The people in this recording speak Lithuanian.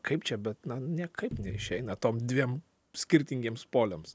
kaip čia bet na niekaip neišeina tom dviem skirtingiems poliams